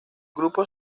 grupo